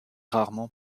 rarement